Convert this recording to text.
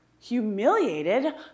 humiliated